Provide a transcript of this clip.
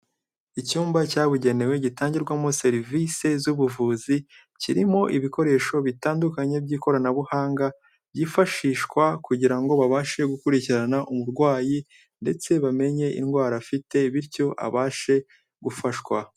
Icyumba cyabugenewe gitangirwamo serivise z'ubuvuzi, kirimo ibikoresho bitandukanye by'ikoranabuhanga, byifashishwa kugira ngo babashe gukurikirana umurwayi ndetse bamenye indwara afite, bityo abashe gufashwa.